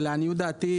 ולעניות דעתי,